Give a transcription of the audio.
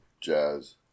jazz